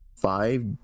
five